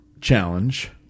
challenge